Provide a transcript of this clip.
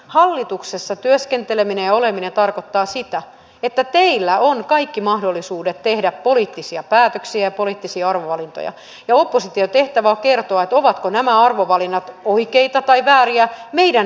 hallituksessa työskenteleminen ja oleminen tarkoittaa sitä että teillä on kaikki mahdollisuudet tehdä poliittisia päätöksiä ja poliittisia arvovalintoja ja opposition tehtävä on kertoa ovatko nämä arvovalinnat oikeita vai vääriä meidän näkökulmastamme